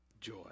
Joy